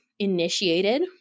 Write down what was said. Initiated